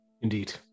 Indeed